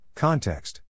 Context